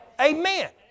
Amen